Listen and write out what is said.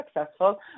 successful